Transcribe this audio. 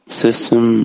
system